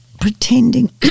pretending